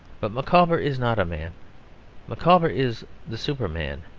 but micawber is not a man micawber is the superman.